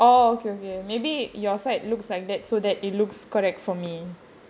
oh okay okay maybe your side looks like that so that it looks correct for me